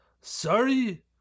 Sorry